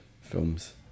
films